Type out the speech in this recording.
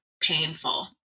painful